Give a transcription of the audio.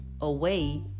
away